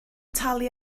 talu